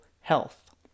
health